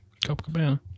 Copacabana